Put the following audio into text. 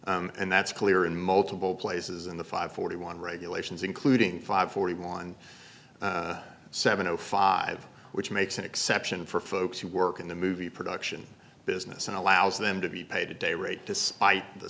right and that's clear in multiple places in the five forty one regulations including five forty one seven o five which makes an exception for folks who work in the movie production business and allows them to be paid a day rate despite the